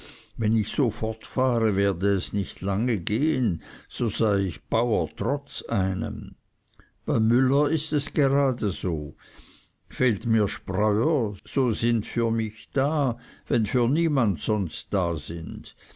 wenn ich so fortfahre werde es nicht lange gehen so sei ich bauer trotz einem beim müller ist es gerade so fehlt mir spreuer so sind für mich da wenn für niemand sonst da sind